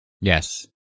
Yes